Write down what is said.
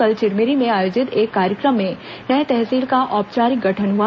कल चिरमिरी में आयोजित एक कार्यक्रम में नए तहसील का औपचारिक गठन हुआ